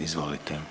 Izvolite.